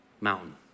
mountain